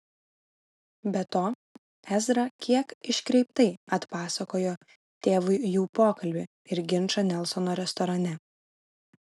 be to ezra kiek iškreiptai atpasakojo tėvui jų pokalbį ir ginčą nelsono restorane